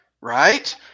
right